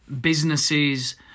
businesses